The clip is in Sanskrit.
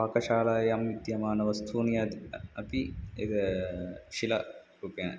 पाकशालायां विद्यमानवस्तूनि अत् अ अपि एतद् शिलारूपेण